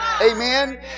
Amen